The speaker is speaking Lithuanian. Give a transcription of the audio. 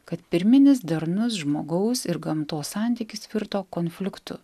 kad pirminis darnus žmogaus ir gamtos santykis virto konfliktu